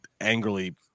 angrily